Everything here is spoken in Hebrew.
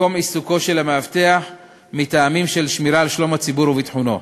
למקום עיסוקו של המאבטח מטעמים של שמירה על שלום הציבור וביטחונו.